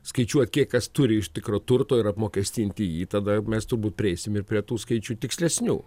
skaičiuoti kiek kas turi iš tikro turto ir apmokestinti jį tada mes turbūt prieisim ir prie tų skaičių tikslesnių